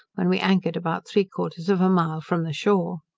when we anchored about three quarters of a mile from the shore.